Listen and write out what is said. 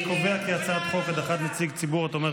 אני קובע כי הצעת חוק הדחת נציג ציבור התומך